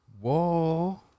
Whoa